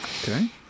Okay